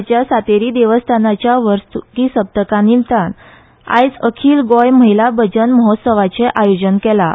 केरी फोंड्यां सांतेरी देवस्थानाच्या वर्सुकी सप्तका निमतान आयज अखील गोंय महिला भजन महोत्सवाचें आयोजन केलां